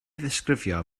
ddisgrifio